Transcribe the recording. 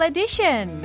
Edition